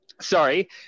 Sorry